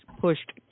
pushed